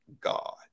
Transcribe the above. God